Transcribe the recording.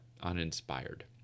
uninspired